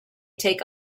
take